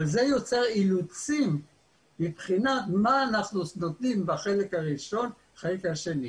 אבל זה יוצר אילוצים מבחינת מה אנחנו נותנים בחלק הראשון ובחלק השני.